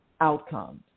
outcomes